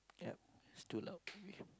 yup it's too loud over here